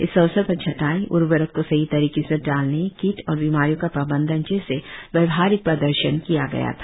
इस अवसर पर छंटाई उर्वरक को सही तरीके से डालने किट और बीमारियों का प्रबंधन जैसे व्यवहारिक प्रदर्शन किया था